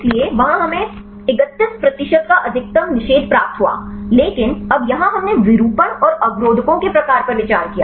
इसलिए वहां हमें 31 प्रतिशत का अधिकतम निषेध प्राप्त हुआ लेकिन अब यहां हमने विरूपण और अवरोधकों के प्रकार पर विचार किया